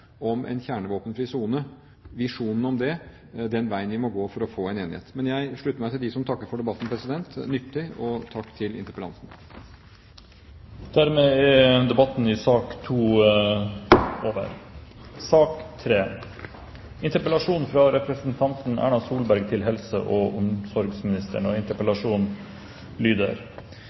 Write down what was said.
om en kjernevåpenfri sone veien vi må gå for å få en enighet. Jeg slutter meg til dem som takker for debatten, den har vært nyttig. Og takk til interpellanten! Dermed er debatten i sak nr. 2 over.